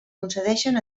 concedeixen